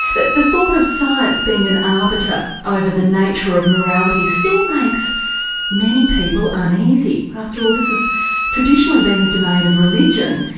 the the thought of science being an arbiter over the nature of morality still makes many people uneasy. after all, this has traditionally been the domain of religion.